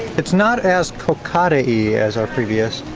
it's not as cocada-y as our previous